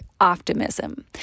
optimism